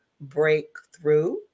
Breakthrough